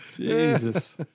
Jesus